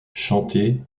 chantée